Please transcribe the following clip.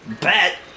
Bet